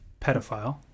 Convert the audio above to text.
pedophile